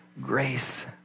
grace